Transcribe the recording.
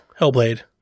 Hellblade